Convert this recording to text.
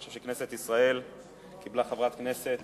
אני חושב שכנסת ישראל קיבלה חברת כנסת